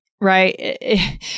Right